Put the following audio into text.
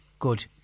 Good